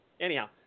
anyhow